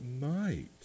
night